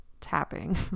tapping